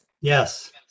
Yes